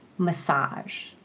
massage